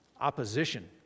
opposition